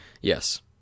yes